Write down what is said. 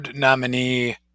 Nominee